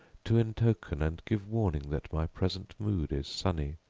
to entoken and give warning that my present mood is sunny.